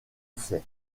essai